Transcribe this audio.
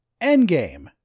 endgame